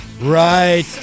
Right